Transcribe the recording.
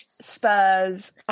Spurs